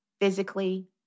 physically